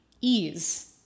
ease